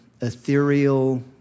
ethereal